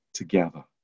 together